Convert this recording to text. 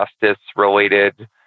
justice-related